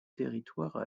territoires